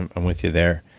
i'm with you there.